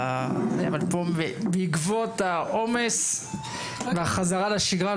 אבל פה בעקבות העומס והחזרה לשגרה,